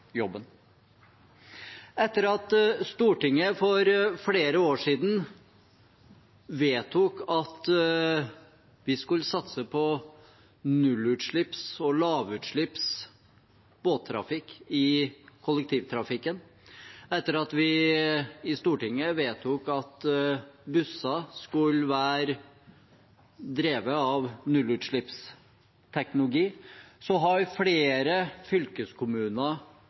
jobben. Etter at Stortinget for flere år siden vedtok at vi skulle satse på nullutslipps- og lavutslippsbåttrafikk i kollektivtrafikken, etter at vi i Stortinget vedtok at busser skulle være drevet av nullutslippsteknologi, har flere fylkeskommuner